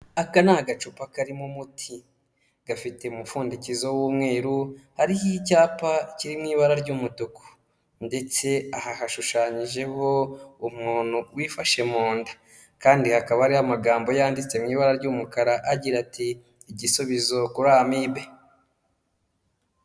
Aka ni agacupa karimo umuti, gafite umupfundikizo w'umweru, hariho icyapa kiri mu ibara ry'umutuku ndetse aha hashushanyijeho umuntu wifashe mu nda kandi hakaba hariho amagambo yanditse mu ibara ry'umukara agira ati "igisubizo kuri amibe"